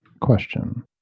Question